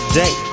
day